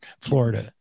Florida